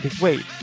Wait